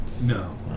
No